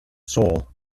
sole